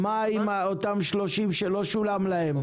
מה עם אותם 30 שלא שולם להם?